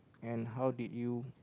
and how did you